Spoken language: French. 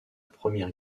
première